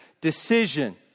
decision